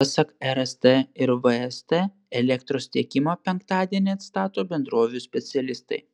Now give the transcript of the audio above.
pasak rst ir vst elektros tiekimą penktadienį atstato bendrovių specialistai